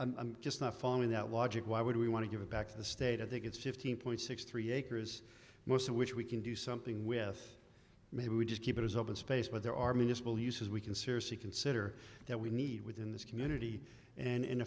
i'm just not following that logic why would we want to give it back to the state of think it's fifteen point six three acres most of which we can do something with maybe we just keep it as open space but there are many just will use as we can seriously consider that we need within this community and in